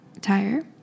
tire